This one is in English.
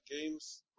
Games